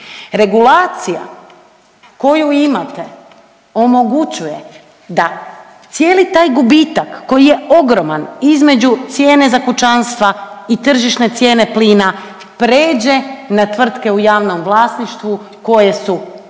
regulacija koju imate omogućuje da cijeli taj gubitak koji je ogroman između cijene za kućanstva i tržišne cijene plina, pređe na tvrtke u javnom vlasništvu koje su, ti